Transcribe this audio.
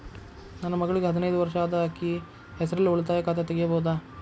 ನನ್ನ ಮಗಳಿಗೆ ಹದಿನೈದು ವರ್ಷ ಅದ ಅಕ್ಕಿ ಹೆಸರಲ್ಲೇ ಉಳಿತಾಯ ಖಾತೆ ತೆಗೆಯಬಹುದಾ?